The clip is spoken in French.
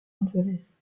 angeles